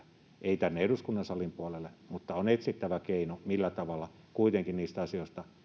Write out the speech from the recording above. ei tänne eduskunnan salin puolelle mutta on etsittävä keino millä tavalla kuitenkin niitä asioita